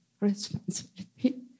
responsibility